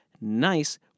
nice